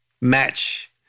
match